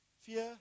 fear